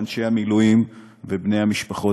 אנשי המילואים ובני המשפחות,